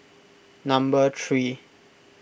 number three